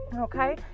Okay